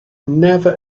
never